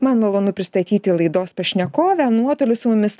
man malonu pristatyti laidos pašnekovę nuotoliu su mumis